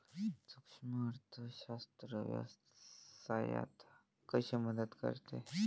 सूक्ष्म अर्थशास्त्र व्यवसायात कशी मदत करते?